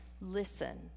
listen